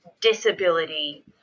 disability